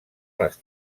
les